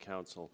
counsel